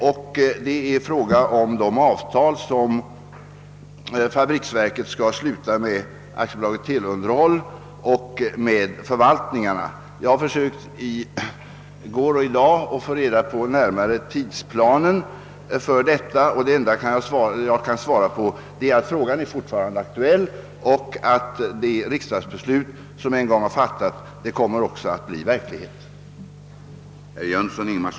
Vad det gäller är de avtal som försvarets fabriksverk skall sluta med AB Teleunderhåll och med förvaltningarna. Jag har i går och i dag försökt få reda på tidsplanen härför. Det enda jag kan svara är emellertid att frågan fortfarande är aktuell och att det riksdagsbeslut som en gång fattats också kommer att förverkligas.